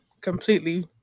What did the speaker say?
completely